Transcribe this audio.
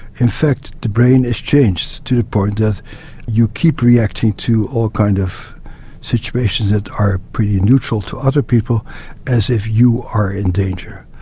in fact the brain is changed to the point that you keep reacting to all kinds of situations that are pretty neutral to other people as if you are in danger.